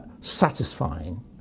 satisfying